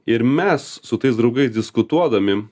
ir mes su tais draugais diskutuodami